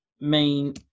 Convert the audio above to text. main